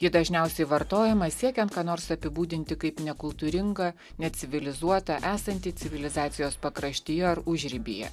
ji dažniausiai vartojama siekiant ką nors apibūdinti kaip nekultūringą necivilizuotą esantį civilizacijos pakraštyje ar užribyje